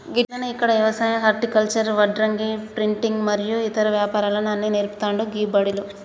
గట్లనే ఇక్కడ యవసాయం హర్టికల్చర్, వడ్రంగి, ప్రింటింగు మరియు ఇతర వ్యాపారాలు అన్ని నేర్పుతాండు గీ బడిలో